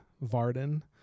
Varden